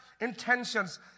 intentions